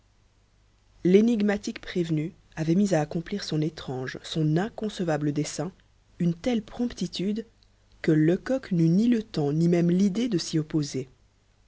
l'énigmatique prévenu avait mis à accomplir son étrange son inconcevable dessein une telle promptitude que lecoq n'eut ni le temps ni même l'idée de s'y opposer